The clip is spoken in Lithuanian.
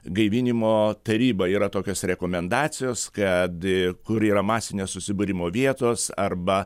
gaivinimo taryba yra tokios rekomendacijos kad kur yra masinio susibūrimo vietos arba